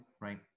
right